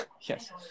Yes